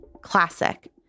classic